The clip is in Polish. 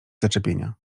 zaczepienia